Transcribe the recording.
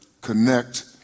connect